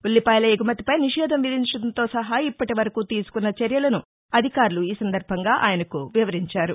ఉల్లిపాయల ఎగుమతిపై నిషేధం విధించడంతో సహా ఇప్పటివరకు తీసుకున్న చర్యలను అధికారులు ఈ సందర్బంగా ఆయనకు వివరించారు